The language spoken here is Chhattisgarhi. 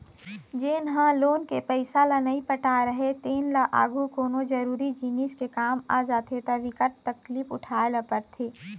जेन ह लोन के पइसा ल नइ पटाए राहय तेन ल आघु कोनो जरुरी जिनिस के काम आ जाथे त बिकट तकलीफ उठाए ल परथे